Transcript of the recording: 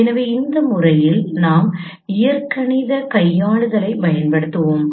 எனவே இந்த முறையில் நாம் இயற்கணித கையாளுதல்களைப் பயன்படுத்துவோம்